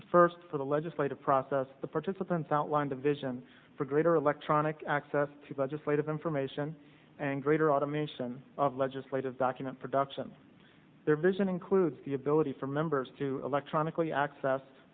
the first for the legislative process the participants outlined a vision for greater electronic access to legislative information and greater automation of legislative document production their vision includes the ability for members to electronically access